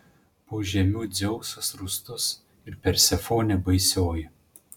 požemių dzeusas rūstus ir persefonė baisioji